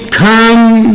come